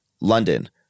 London